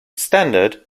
standard